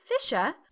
FISHER